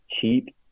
cheap